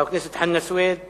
חבר הכנסת אמנון כהן שאל את